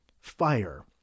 fire